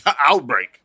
Outbreak